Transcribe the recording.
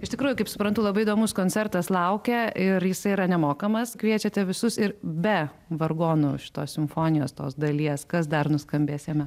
iš tikrųjų kaip suprantu labai įdomus koncertas laukia ir jisai yra nemokamas kviečiate visus ir be vargonų šitos simfonijos tos dalies kas dar nuskambės jame